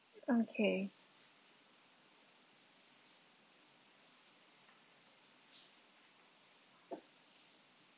okay